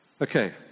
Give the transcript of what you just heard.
Okay